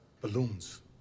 balloons